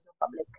public